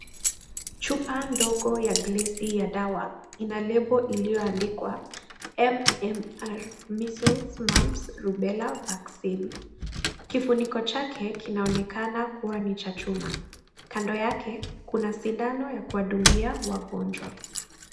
Chupa ndogo ya glesi ya dawa ina label iliyoandikwa MMR Measles, Mumps and Rubella Vaccine, kifuniko chake kinaonekana kuwa ni cha chuma, kando yake kuna sindano ya kuwadungia wagonjwa.